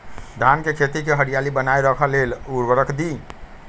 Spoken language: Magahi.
धान के खेती की हरियाली बनाय रख लेल उवर्रक दी?